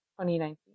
2019